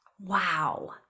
Wow